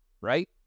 Right